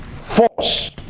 force